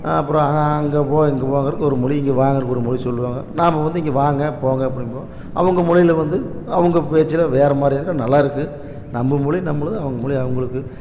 அப்புறோம் அங்கே போ இங்கே போங்குறக்கு ஒரு மொழி இங்கே வாங்கங்குறக்கு ஒரு மொழி சொல்லுவாங்க நாம வந்து இங்கே வாங்க போங்க அப்படிம்போம் அவங்க மொழியில் வந்து அவங்க பேச்சில் வேறு மாதிரி இருக்கும் நல்லா இருக்கும் நம்ம மொழி நம்முழுது அவங்க மொழி அவங்குளுக்கு